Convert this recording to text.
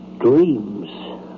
Dreams